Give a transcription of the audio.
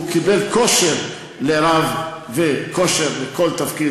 והוא קיבל כושר לרב וכושר לכל תפקיד,